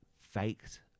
faked